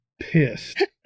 pissed